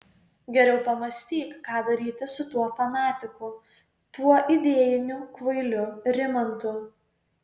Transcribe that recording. geriau pamąstyk ką daryti su tuo fanatiku tuo idėjiniu kvailiu rimantu